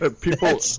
people